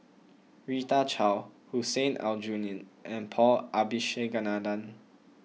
Rita Chao Hussein Aljunied and Paul Abisheganaden